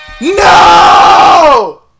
No